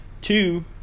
Two